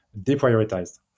deprioritized